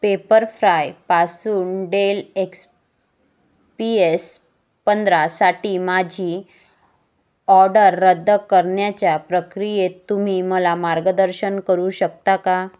पेपरफ्रायपासून Dell X P S पंधरासाठी माझी order रद्द करण्याच्या प्रक्रियेत तुम्ही मला मार्गदर्शन करू शकता का